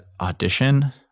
Audition